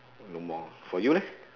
no more for you leh